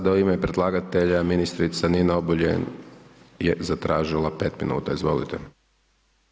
Sada u ime predlagatelja ministrica Nina Obuljen je zatražila pet minuta, izvolite.